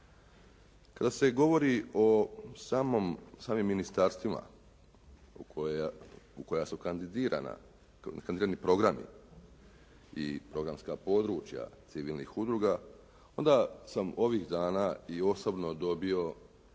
Kada se govori o samim ministarstvima u koja su kandidirani programi i programska područja civilnih udruga, onda sam ovih dana i osobno dobio